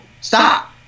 Stop